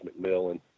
McMillan